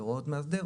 בהוראות מאסדר,